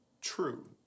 true